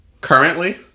Currently